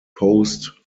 post